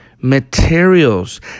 materials